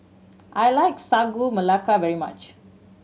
I like Sagu Melaka very much